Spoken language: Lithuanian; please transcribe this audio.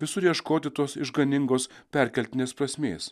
visur ieškoti tos išganingos perkeltinės prasmės